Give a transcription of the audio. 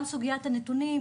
גם סוגיית הנתונים,